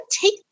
take